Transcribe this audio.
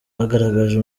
bagaragaje